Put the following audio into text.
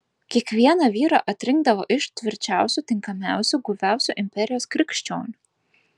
kiekvieną vyrą atrinkdavo iš tvirčiausių tinkamiausių guviausių imperijos krikščionių